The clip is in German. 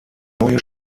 neue